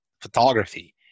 photography